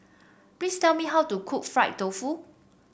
please tell me how to cook Fried Tofu